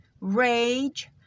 rage